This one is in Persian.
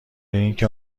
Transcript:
اینکه